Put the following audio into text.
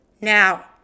Now